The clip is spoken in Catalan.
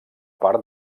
part